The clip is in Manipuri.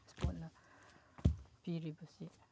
ꯏꯁꯄꯣꯔꯠꯅ ꯄꯤꯔꯤꯕꯁꯤ